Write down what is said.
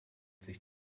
sich